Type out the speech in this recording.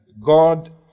God